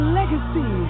legacy